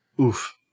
Oof